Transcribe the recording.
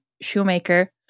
Shoemaker